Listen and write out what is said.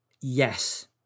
yes